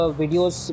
videos